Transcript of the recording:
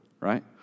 right